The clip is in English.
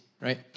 right